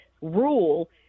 rule